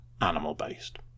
Animal-based